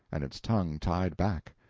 and its tongue tied back.